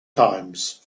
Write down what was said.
times